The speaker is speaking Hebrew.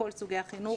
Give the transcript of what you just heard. מכל סוגי החינוך.